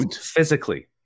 physically